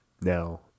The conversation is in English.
Now